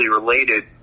related